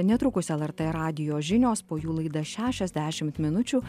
netrukus lrt radijo žinios po jų laida šešiasdešimt minučių